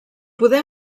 poder